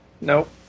Nope